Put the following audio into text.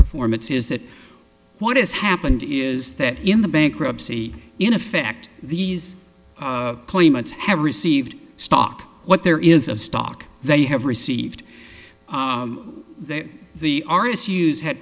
performance is that what has happened is that in the bankruptcy in effect these claimants have received stock what there is of stock they have received the artist's use had